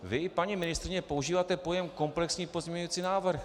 Vy, paní ministryně, používáte pojem komplexní pozměňující návrh.